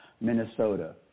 Minnesota